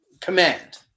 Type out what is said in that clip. command